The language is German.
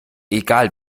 egal